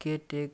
cricket एक